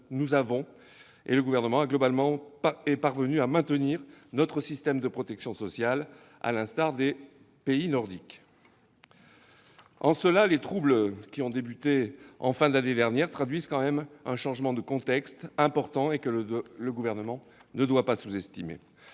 crise de 2010, le Gouvernement est globalement parvenu à maintenir notre système de protection sociale, à l'instar des pays nordiques. En cela, les troubles qui ont débuté à la fin de l'année dernière traduisent un changement de contexte important, que le Gouvernement ne doit pas sous-estimer.